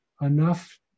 enough